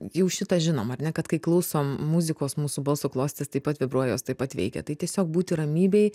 jau šitą žinom ar ne kad kai klausom muzikos mūsų balso klostės taip pat vibruoja jos taip pat veikia tai tiesiog būti ramybėj